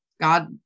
god